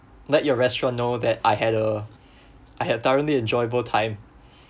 let your restaurant know that I had a I had a thoroughly enjoyable time